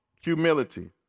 humility